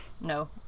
No